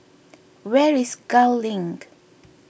where is Gul Link